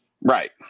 Right